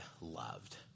loved